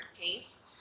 pace